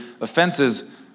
offenses